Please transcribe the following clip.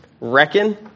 Reckon